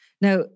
now